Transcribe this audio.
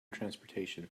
transportation